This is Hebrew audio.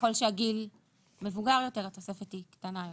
ככל שהגיל מבוגר יותר, התוספת היא קטנה יותר.